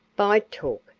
by talk,